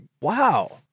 Wow